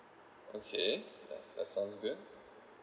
okay ya that's sounds good